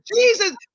Jesus